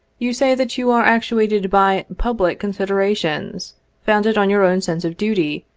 you say that you are actuated by public considerations founded on your own sense of duty,